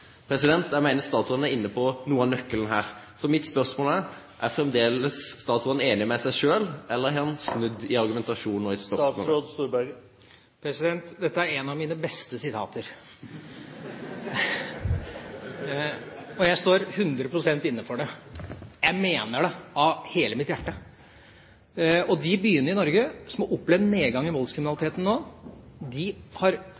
Jeg mener statsråden er inne på noe av nøkkelen her. Så mitt spørsmål er: Er fremdeles statsråden enig med seg selv, eller har han snudd i argumentasjonen og i spørsmålet? Dette er et av mine beste sitater! Og jeg står 100 pst. inne for det. Jeg mener det av hele mitt hjerte. De byene i Norge som har opplevd nedgang i voldskriminaliteten nå, har